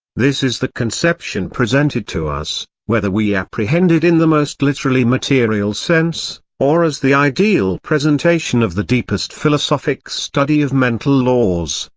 this is the conception presented to us, whether we apprehend it in the most literally material sense, or as the ideal presentation of the deepest philosophic study of mental laws,